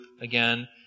again